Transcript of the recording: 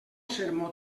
sermó